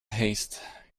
haste